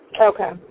Okay